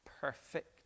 perfect